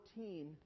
14